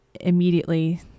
immediately